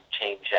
change